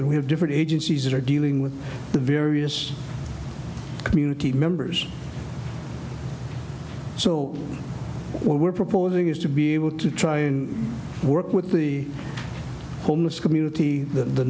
and we have different agencies are dealing with the various community members so what we're proposing is to be able to try in work with the homeless community th